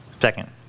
Second